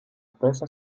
presa